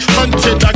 hunted